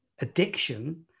addiction